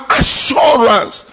assurance